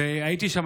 הייתי שם,